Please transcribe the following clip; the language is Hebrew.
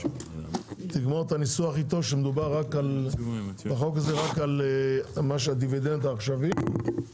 תגמור את הניסוח איתו רק על מה שהדיבידנד העכשווי וזהו.